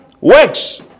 works